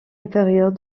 inférieure